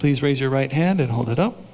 please raise your right hand and hold it up